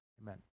Amen